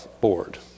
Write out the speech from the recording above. board